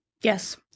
Yes